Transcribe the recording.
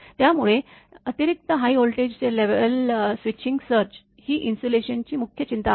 त्यामुळे अतिरिक्त high voltage level switching surge ही इन्सुलेशनची मुख्य चिंता आहे